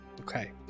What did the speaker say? Okay